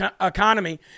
economy